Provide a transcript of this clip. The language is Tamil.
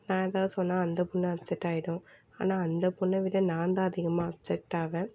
நான் எதாவது சொன்னால் அந்த பொண்ணு அப்செட் ஆகிடும் ஆனால் அந்த பொண்ணை விட நான் தான் அதிகமாக அப்செட் ஆவேன்